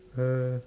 uh